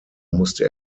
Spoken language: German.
musste